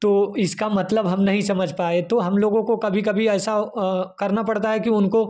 तो इसका मतलब हम नहीं समझ पाए तो हम लोगों को कभी कभी ऐसा करना पड़ता है कि उनको